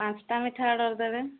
ପାଞ୍ଚଟା ମିଠା ଅର୍ଡର୍ ଦେବେ